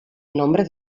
nombre